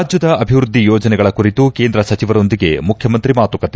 ರಾಜ್ಯದ ಅಭಿವೃದ್ದಿ ಯೋಜನೆಗಳ ಕುರಿತು ಕೇಂದ್ರ ಸಚಿವರೊಂದಿಗೆ ಮುಖ್ಯಮಂತ್ರಿ ಮಾತುಕತೆ